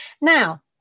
Now